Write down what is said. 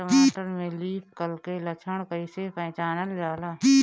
टमाटर में leaf curl के लक्षण कइसे पहचानल जाला?